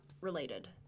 related